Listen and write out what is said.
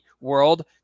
world